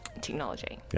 technology